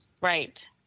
Right